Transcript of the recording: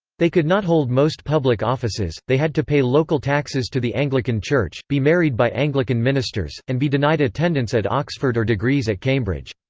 they could not hold most public offices, they had to pay local taxes to the anglican church, be married by anglican ministers, and be denied attendance at oxford or degrees at cambridge.